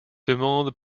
demande